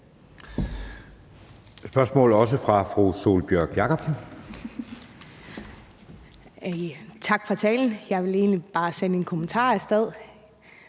Jakobsen. Kl. 13:00 Sólbjørg Jakobsen (LA): Tak for talen. Jeg vil egentlig bare sende en kommentar af sted: